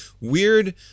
weird